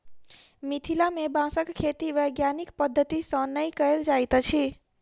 मिथिला मे बाँसक खेती वैज्ञानिक पद्धति सॅ नै कयल जाइत अछि